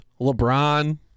LeBron